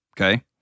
Okay